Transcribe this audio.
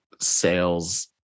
sales